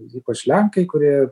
ypač lenkai kurie